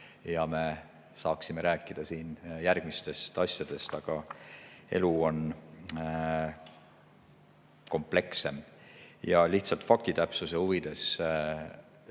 ja me saaksime rääkida siin järgmistest asjadest. Aga elu on komplekssem. Lihtsalt fakti täpsuse huvides: